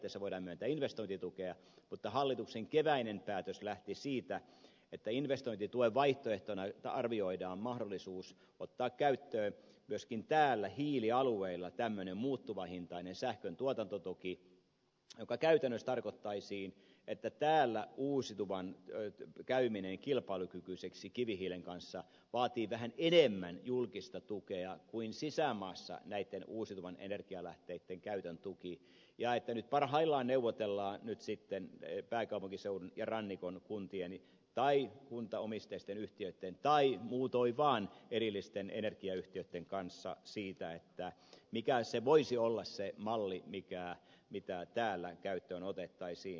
periaatteessa voidaan myöntää investointitukea mutta hallituksen keväinen päätös lähti siitä että investointituen vaihtoehtona arvioidaan mahdollisuus ottaa käyttöön myöskin täällä hiilialueilla tämmöinen muuttuvahintainen sähkön tuotantotuki mikä käytännössä tarkoittaisi että täällä uusiutuvan käyminen kilpailukykyiseksi kivihiilen kanssa vaatii vähän enemmän julkista tukea kuin sisämaassa näitten uusiutuvien energialähteitten käytön tuki ja että nyt parhaillaan neuvotellaan nyt sitten pääkaupunkiseudun ja rannikon kuntien tai kuntaomisteisten yhtiöitten tai muutoin vaan erillisten energiayhtiöitten kanssa siitä mikä voisi olla se malli mitä täällä käyttöön otettaisiin